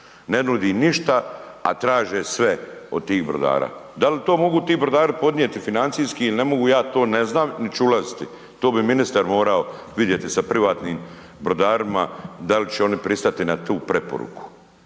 ne nudi ništa, a traže sve od svih brodara. Dal to mogu ti brodari podnijeti financijski ili ne mogu ja to ne znam, nit ću ulaziti, to bi ministar morao vidjeti sa privatnim brodarima dal će oni pristati na tu preporuku,